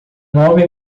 homem